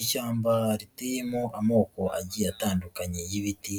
Ishyamba riteyemo amoko agiye atandukanye y'ibiti,